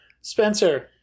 Spencer